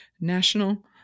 National